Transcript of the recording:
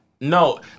No